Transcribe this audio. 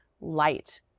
light